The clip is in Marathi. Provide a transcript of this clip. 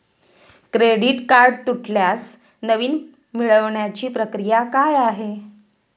क्रेडिट कार्ड तुटल्यास नवीन मिळवण्याची प्रक्रिया काय आहे?